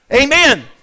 Amen